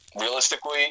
Realistically